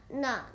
no